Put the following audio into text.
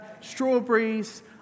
strawberries